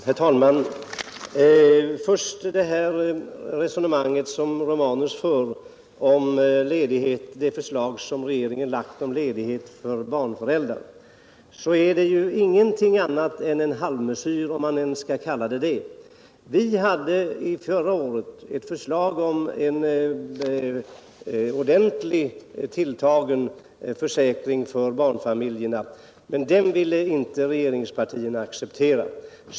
Herr talman! Först vill jag bemöta det resonemang som Gabriel Romanus för om det förslag som regeringen lagt om ledighet för föräldrar. Förslaget är ingenting annat än en halvmesyr — om det ens kan kallas det. Vi hade förra året ett förslag om en ordentligt tilltagen försäkring för barnfamiljerna, men den ville inte regeringspartierna acceptera.